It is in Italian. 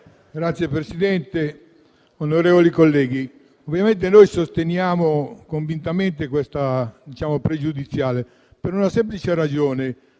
Signor Presidente, onorevoli colleghi, ovviamente noi sosteniamo convintamente la questione pregiudiziale QP1 per una semplice ragione.